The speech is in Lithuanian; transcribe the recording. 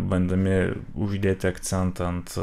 bandomi uždėti akcentą ant